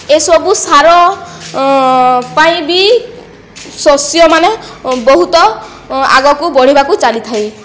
ଏସବୁ ସାର ପାଇଁ ବି ଶସ୍ୟମାନ ବହୁତ ଆଗକୁ ବଢ଼ିବାକୁ ଚାଲିଥାଏ